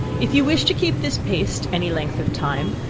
if you wish to keep this paste any length of time,